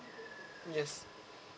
yes